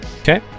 Okay